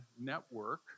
network